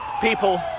people